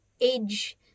age